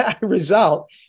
result